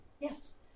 Yes